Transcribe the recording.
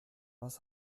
was